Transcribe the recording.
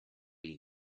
you